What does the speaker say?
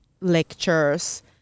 lectures